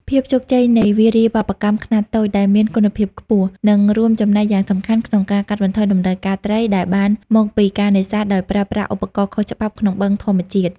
ភាពជោគជ័យនៃវារីវប្បកម្មខ្នាតតូចដែលមានគុណភាពខ្ពស់ នឹងរួមចំណែកយ៉ាងសំខាន់ក្នុងការកាត់បន្ថយតម្រូវការត្រីដែលបានមកពីការនេសាទដោយប្រើប្រាស់ឧបករណ៍ខុសច្បាប់ក្នុងបឹងធម្មជាតិ។